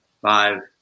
five